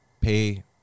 pay